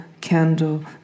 candle